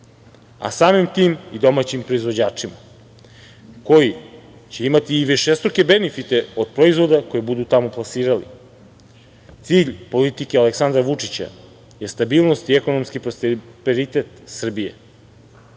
a samim tim i domaćim proizvođačima, koji će imati višestruke benefite od proizvoda koje budu tamo plasirali. Cilj politike Aleksandra Vučića je stabilnost i ekonomski prosperitet Srbije,